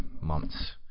months